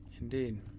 indeed